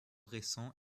récent